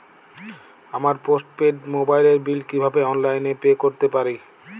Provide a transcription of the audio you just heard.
আমার postpaid মোবাইলের bill কীভাবে অনলাইনে পে করতে পারি?